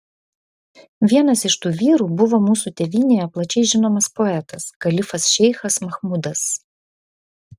vienas iš tų vyrų buvo mūsų tėvynėje plačiai žinomas poetas kalifas šeichas machmudas